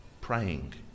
praying